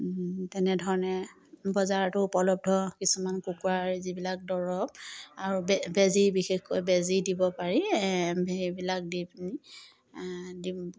তেনেধৰণে বজাৰতো উপলব্ধ কিছুমান কুকুৰাৰ যিবিলাক দৰৱ আৰু বেজি বিশেষকৈ বেজি দিব পাৰি সেইবিলাক দি পিনি